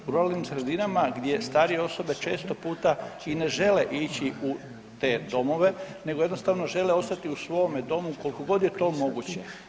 U ruralnim sredinama gdje starije osobe često puta i ne žele ići u te domove nego jednostavno žele ostati u svome domu koliko god je to moguće.